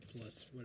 plus